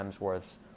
Hemsworth's